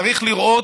צריך לראות,